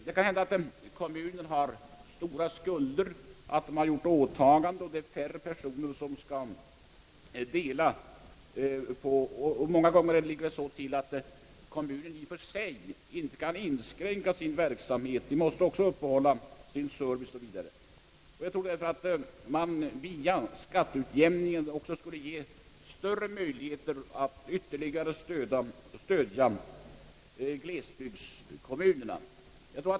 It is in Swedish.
Det kan hända att kommunen har stora skulder, och det blir färre personer som måste klara de åtaganden kommunen gjort. Många gånger kan väl inte heller sådana kommuner inskränka sin verksamhet — de måste upprätthålla sin service. Därför tror jag att man via skatteutjämningen borde ge ytterligare stöd åt glesbygdskommunerna.